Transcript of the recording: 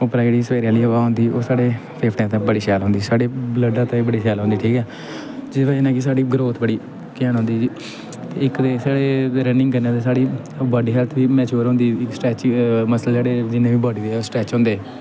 उप्परा दा जेह्ड़ा सवेरे आह्ली हवा होंदी ओह् साढ़े फेफड़े ताईं बड़ी शैल होंदी साढ़े ब्लड ताईं बड़ी शैल होंदी ठीक ऐ जेह्दा बज़ह् कन्नै साढ़ी ग्रोथ बड़ी कैंट होंदी इक ते साढ़े रनिंग करने दे साढ़ी बाड्डी हैल्थ बी मैचोर होंदी स्ट्रैचिंग मसल साढ़ी बॉड्डी दे स्ट्रैच होंदे